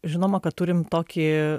žinoma kad turim tokį